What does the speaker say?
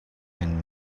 and